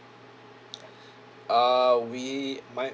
uh we my